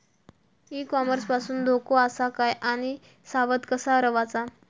E commerce पासून धोको आसा काय आणि सावध कसा रवाचा?